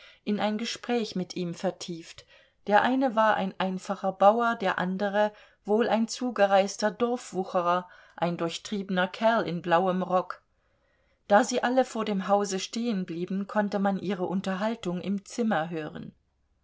in ein gespräch mit ihm vertieft der eine war ein einfacher bauer der andere wohl ein zugereister dorfwucherer ein durchtriebener kerl in blauem rock da sie alle vor dem hause stehenblieben konnte man ihre unterhaltung im zimmer hören